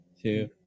two